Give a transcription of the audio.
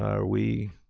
are we